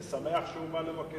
אני שמח שהוא בא לבקר.